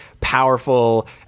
powerful